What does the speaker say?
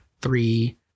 three